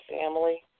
family